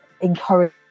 encourage